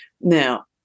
Now